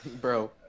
Bro